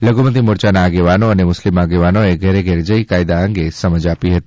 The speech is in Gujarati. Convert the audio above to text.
લધુમતી મોરચાના આગેવાનો અને મુસ્લિમ આગેવાનોએ ઘેરઘેર જઇ કાયદા અંગેની સમજ આપી હતી